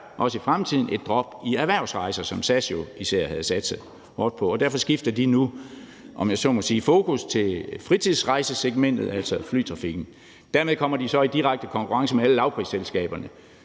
også i fremtiden, i erhvervsrejser, som SAS jo især havde satset hårdt på. Og derfor skifter de nu, om jeg så må sige, fokus til fritidsrejsesegmentet i flytrafikken. Dermed kommer de så i direkte konkurrence med alle lavprisselskaberne,